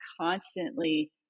constantly